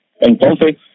entonces